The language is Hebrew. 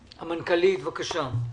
המנכ"לית, בבקשה.